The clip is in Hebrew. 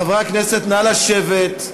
חברי הכנסת, נא לשבת.